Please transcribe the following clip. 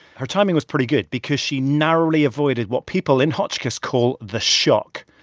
her timing was pretty good because she narrowly avoided what people in hotchkiss call the shock.